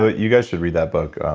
ah you guys should read that book.